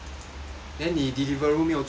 then 你 Deliveroo 没有做 meh